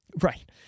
Right